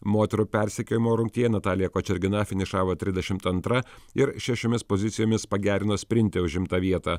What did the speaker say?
moterų persekiojimo rungtyje natalija kočergina finišavo trisdešimt antra ir šešiomis pozicijomis pagerino sprinte užimtą vietą